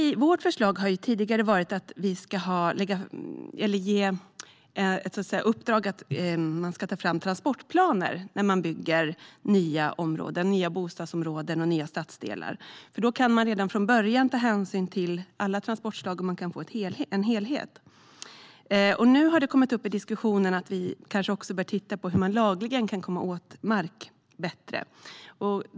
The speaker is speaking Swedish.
Vårt förslag har tidigare varit att det ska ges i uppdrag att man ska ta fram transportplaner när man bygger nya bostadsområden och nya stadsdelar. Då går det att redan från början ta hänsyn till alla transportslag och att få en helhet. Nu har det kommit upp i diskussionen att vi kanske också bör titta på hur man lagligen kan komma åt mark bättre.